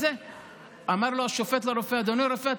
אמר השופט לרופא: אדוני הרופא,